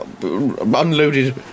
unloaded